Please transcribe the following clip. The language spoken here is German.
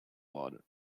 worden